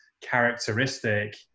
characteristic